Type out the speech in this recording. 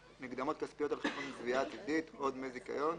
מקדמות כספיות על חשבון גבייה עתידית או דמי זיכיון,